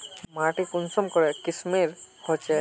माटी कुंसम करे किस्मेर होचए?